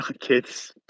Kids